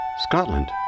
Scotland